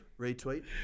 Retweet